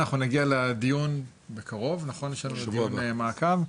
אנחנו נגיע לדיון בקרוב, יש לנו דיון מעקב,